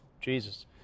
Jesus